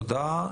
תודה.